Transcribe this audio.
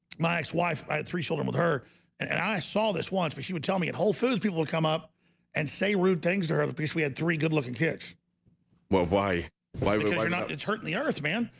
my ex-wife i had three children with her and and i saw this once but she would tell me at whole foods people would come up and say rude things to her the piece we had three good-looking kids well, why why why not? it's hurting the earth man.